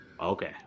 Okay